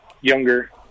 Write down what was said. younger